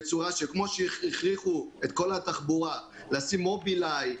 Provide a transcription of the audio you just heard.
כמו שהכריחו את כל התחבורה לשים מובילאיי,